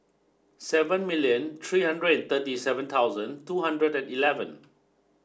seven million three hundred thirty seven thousand two hundred and eleven